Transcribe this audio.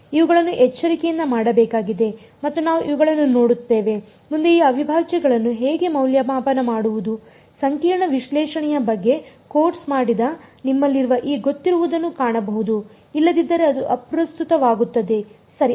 ಇವುಗಳನ್ನು ಎಚ್ಚರಿಕೆಯಿಂದ ಮಾಡಬೇಕಾಗಿದೆ ಮತ್ತು ನಾವು ಇವುಗಳನ್ನು ನೋಡುತ್ತೇವೆ ಮುಂದೆ ಈ ಅವಿಭಾಜ್ಯಗಳನ್ನು ಹೇಗೆ ಮೌಲ್ಯಮಾಪನ ಮಾಡುವುದು ಸಂಕೀರ್ಣ ವಿಶ್ಲೇಷಣೆಯ ಬಗ್ಗೆ ಕೋರ್ಸ್ ಮಾಡಿದ ನಿಮ್ಮಲ್ಲಿರುವವರು ಈ ಗೊತ್ತಿರುವುದನ್ನು ಕಾಣಬಹುದು ಇಲ್ಲದಿದ್ದರೆ ಅದು ಅಪ್ರಸ್ತುತವಾಗುತ್ತದೆ ಸರಿ